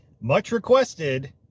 much-requested